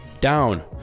down